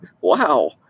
Wow